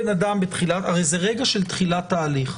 הרי זה רגע של תחילת תהליך.